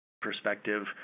perspective